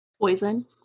Poison